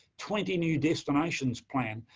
twenty new destinations planned.